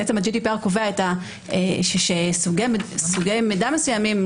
שה-GDPR קובע שסוגי מידע מסוימים,